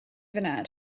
funud